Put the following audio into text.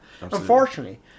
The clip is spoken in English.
Unfortunately